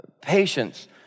Patience